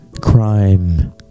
Crime